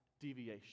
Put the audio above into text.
deviation